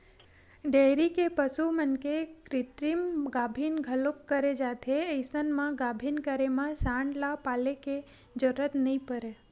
dairy के पसु मन के कृतिम गाभिन घलोक करे जाथे अइसन म गाभिन करे म सांड ल पाले के जरूरत नइ परय